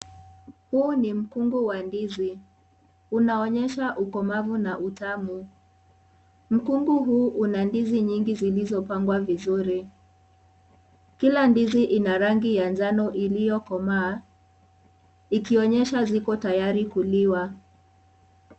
Huu ni mkungu wa ndizi unaonyesha ukomavu na utamu, mkungu hui Una ndizi nyingi zilizopangwa vizuri . Kila ndizi ina rangi ya njano iliyokomaa ikionyesha ziko tayari kuliwa.